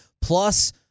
Plus